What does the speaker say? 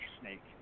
snake